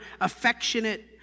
affectionate